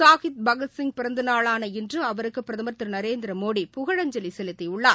சாஹித் பகத்சிப் பிறந்த நாளான இன்று அவருக்கு பிரதமர் திரு நரேந்திரமோடி புகழஞ்சலி செலுத்தியுள்ளார்